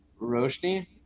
roshni